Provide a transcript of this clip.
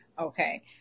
Okay